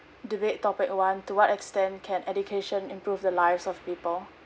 debate topic one to what extent can education improve the lives of people